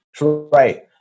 right